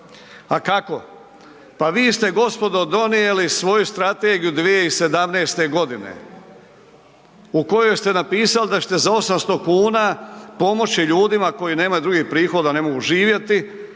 A kako? Pa vi ste gospodo donijeli svoju strategiju 2017.g. u kojoj ste napisali da ćete za 800,00 kn pomoći ljudima koji nemaju drugih prihoda, ne mogu živjeti